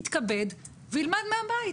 יתכבד וילמד מהבית.